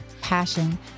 passion